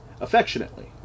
Affectionately